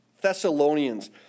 Thessalonians